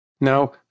Now